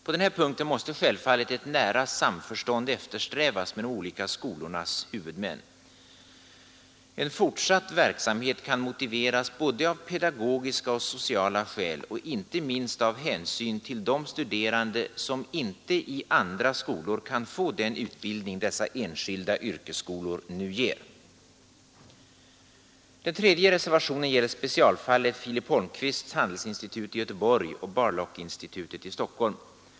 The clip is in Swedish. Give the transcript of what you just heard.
På den här punkten måste självfallet ett nära samförstånd eftersträvas med de olika skolornas huvudmän. En fortsatt verksamhet kan motiveras av både pedagogiska och sociala skäl och inte minst av hänsyn till de studerande som inte i andra skolor kan få den utbildning dessa enskilda yrkesskolor nu ger. Den tredje reservation som vi anslutit oss till gäller specialfallet Filip Holmqvists handelsinstitut i Göteborg och Bar-Lock-institutet i Stockholm.